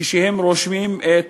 כשהם רושמים את